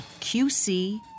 QC